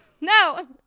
no